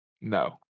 No